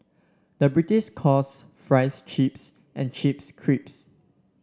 the British calls fries chips and chips cripes